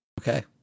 Okay